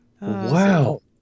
Wow